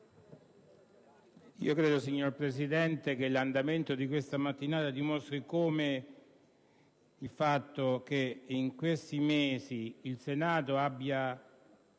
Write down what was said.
*(PD)*. Signora Presidente, credo che l'andamento di questa mattinata dimostri come il fatto che in questi mesi il Senato abbia,